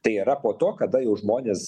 tai yra po to kada jau žmonės